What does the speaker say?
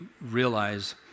realize